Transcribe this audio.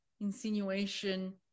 insinuation